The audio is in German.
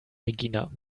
regina